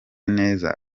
neza